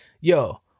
yo